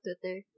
Twitter